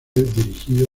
dirigido